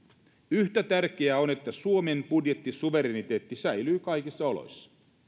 yhtä tärkeää on että suomen budjettisuvereniteetti säilyy kaikissa oloissa